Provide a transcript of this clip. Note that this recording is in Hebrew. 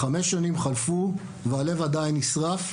חמש שנים חלפו והלב עדיין נשרף.